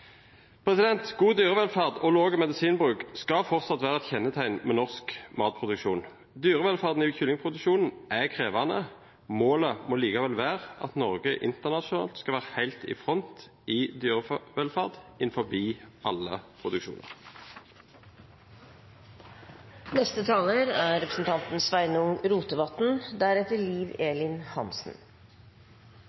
God dyrevelferd og lav medisinbruk skal fortsatt være et kjennetegn ved norsk matproduksjon. Dyrevelferden i kyllingproduksjonen er krevende. Målet må likevel være at Norge internasjonalt skal være helt i front i dyrevelferd innenfor alle produksjoner. Det er